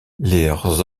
leurs